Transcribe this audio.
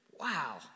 wow